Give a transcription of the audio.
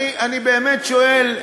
אני באמת שואל,